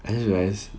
I just realised